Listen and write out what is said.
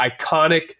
iconic